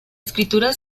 escritura